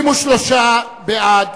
53 בעד,